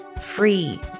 free